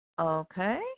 Okay